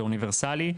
זה אוניברסלי,